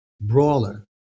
brawler